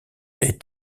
est